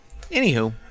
Anywho